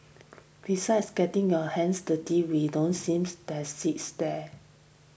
besides getting your hands dirty we don't seems that seats there